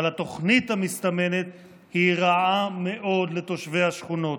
אבל התוכנית המסתמנת היא רעה מאוד לתושבי השכונות.